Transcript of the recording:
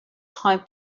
time